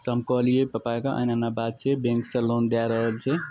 तऽ हम कहलिए पप्पाकेँ एना एना बात छै बैँकसे लोन दै रहल छै